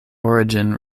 origin